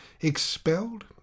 expelled